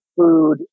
food